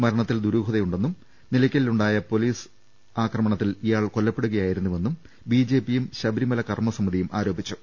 മരണത്തിൽ ദുരൂഹതയുണ്ടെന്നും നില യ്ക്കലിലുണ്ടായ പൊലീസ് അക്രമത്തിൽ ഇയാൾ കൊല്ലപ്പെടു കയായിരുന്നുവെന്നും ബിജെപിയും ശബരിമല ക്ർമസമിതിയും ആരോപിച്ചു